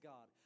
God